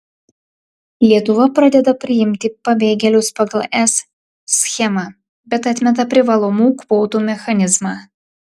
lietuva pradeda priimti pabėgėlius pagal es schemą bet atmeta privalomų kvotų mechanizmą